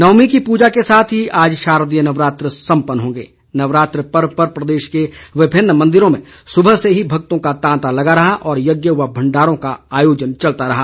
नवमीं की पूजा के साथ ही आज शारदीय नवरात्र सम्पन्न होंगे नवरात्र पर्व पर प्रदेश के विभिन्न मंदिरों में सुबह से ही भक्तों का तांता लगा रहा और यज्ञ व भंडारों का आयोजन चलता रहा